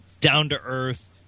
down-to-earth